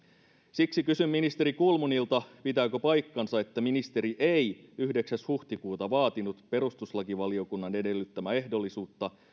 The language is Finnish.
siksi kysyn ministeri kulmunilta pitääkö paikkansa että ministeri ei yhdeksäs huhtikuuta vaatinut perustuslakivaliokunnan edellyttämää ehdollisuutta